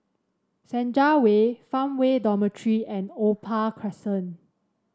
Senja Way Farmway Dormitory and Opal Crescent